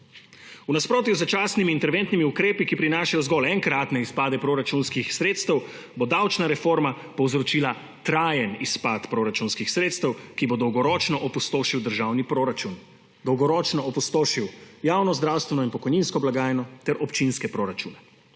V nasprotju z začasnimi interventnimi ukrepi, ki prinašajo zgolj enkratne izpade proračunskih sredstev, bo davčna reforma povzročila trajen izpad proračunskih sredstev, ki bo dolgoročno opustošil državni proračun, dolgoročno opustošil javno zdravstveno in pokojninsko blagajno ter občinske proračune.